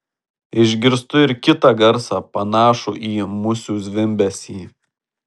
išgirstu ir kitą garsą panašų į musių zvimbesį